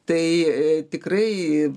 tai e tikrai